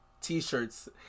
t-shirts